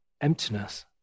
emptiness